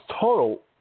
total